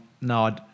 no